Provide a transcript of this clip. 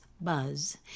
buzz